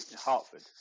Hartford